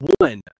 one